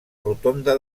rotonda